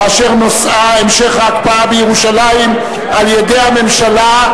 ואשר נושאה: המשך ההקפאה בירושלים על-ידי הממשלה.